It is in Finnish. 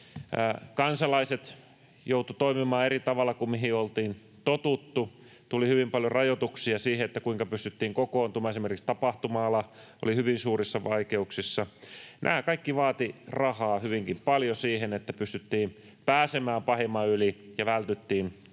Kansalaiset joutuivat toimimaan eri tavalla kuin mihin oltiin totuttu. Tuli hyvin paljon rajoituksia siihen, kuinka pystyttiin kokoontumaan. Esimerkiksi tapahtuma-ala oli hyvin suurissa vaikeuksissa. Nämä kaikki vaativat rahaa hyvinkin paljon siihen, että pystyttiin pääsemään pahimman yli ja vältyttiin turhilta